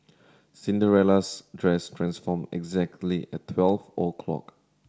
Cinderella's dress transformed exactly at twelve o' clock